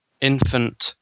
infant